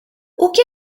que